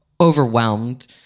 overwhelmed